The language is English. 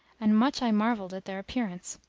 and much i marvelled at their appearance,